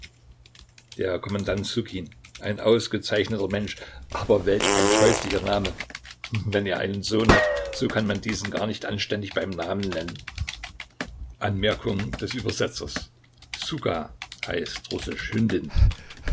der kommandant ssukin ein ausgezeichneter mensch aber welch ein scheußlicher name wenn er einen sohn hat so kann man diesen gar nicht anständig beim namen nennenssuka